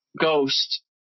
ghost